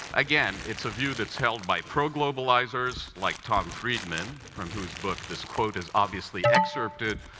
again, it's a view that's held by pro-globalizers like tom friedman, from whose book this quote is obviously excerpted,